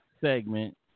segment